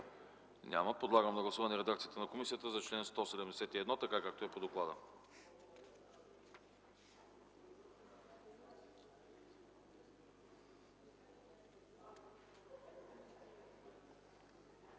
Няма. Подлагам на гласуване редакцията на комисията за чл. 171 така, както е по доклада.